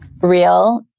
Real